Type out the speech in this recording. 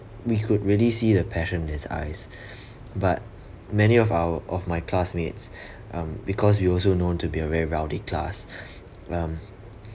we could really see the passion in his eyes but many of our of my classmates um because we also known to be a very rowdy class um